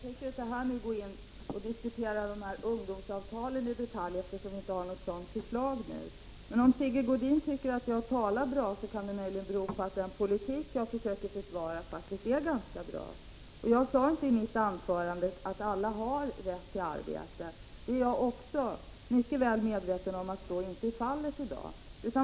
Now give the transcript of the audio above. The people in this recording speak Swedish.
Herr talman! Jag tänker inte här diskutera ungdomsavtalen i detalj, eftersom det nu inte föreligger något förslag om dem. Men om Sigge Godin tycker att jag talar bra kan det möjligen bero på att den politik jag försöker försvara faktiskt är ganska bra. Jag sade inte i mitt anförande att alla har rätt till arbete — jag är mycket väl medveten om att så inte är fallet i dag.